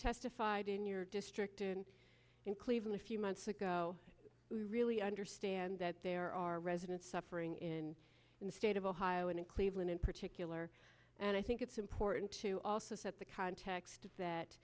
testified in your district in cleveland a few months ago we really understand that there are residents suffering in the state of ohio and in cleveland in particular and i think it's important to also set the context of that